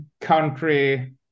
country